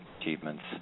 achievements